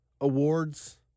Awards